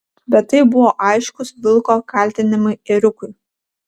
bet tai buvo aiškūs vilko kaltinimai ėriukui